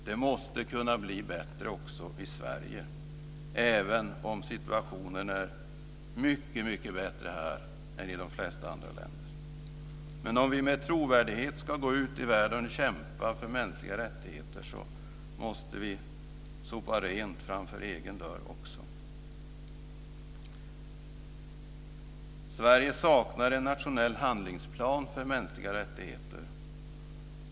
Det måste kunna bli mycket bättre också i Sverige, även om situationen är mycket bättre här än i de flesta andra länder. Om vi med trovärdighet ska gå ut i världen och kämpa för mänskliga rättigheter måste vi sopa rent framför egen dörr också. Sverige saknar en nationell handlingsplan för mänskliga rättigheter.